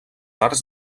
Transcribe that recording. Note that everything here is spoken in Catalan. arts